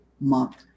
month